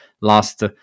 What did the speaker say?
last